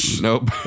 Nope